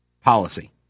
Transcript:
policy